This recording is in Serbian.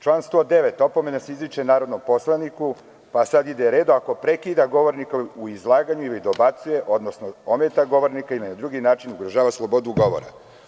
Član 109. opomena se izriče narodnom poslaniku, pa sad ide red, ako prekida govornika u izlaganju ili dobacuje, odnosno ometa govornika i na drugi način ugrožava slobodu govora.